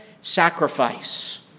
sacrifice